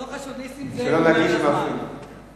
לא חשוב, נסים זאב הוא מעבר לזמן.